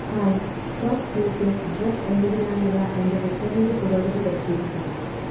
hi ഷോപ്പ് ക്ലൂസിൽ dress എന്നതിനായുള്ള എൻ്റെ റിട്ടേണിന്റെ പുരോഗതി പരിശോധിക്കാമോ